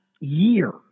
year